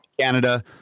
Canada